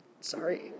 Sorry